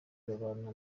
babana